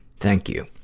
thank you.